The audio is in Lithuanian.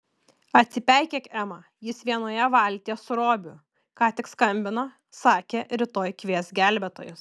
atsipeikėk ema jis vienoje valtyje su robiu ką tik skambino sakė rytoj kvies gelbėtojus